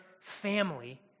family